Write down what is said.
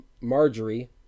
Marjorie